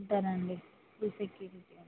ఉంటానండి ఈ సెక్యూరిటి